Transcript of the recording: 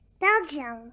Belgium